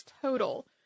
total